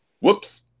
Whoops